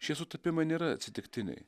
šie sutapimai nėra atsitiktiniai